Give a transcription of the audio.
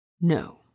No